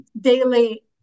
daily